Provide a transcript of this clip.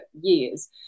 years